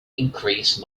increase